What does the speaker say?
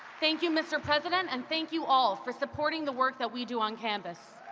thank you, mr. president, and thank you all for supporting the work that we do on campus.